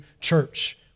church